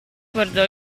guardò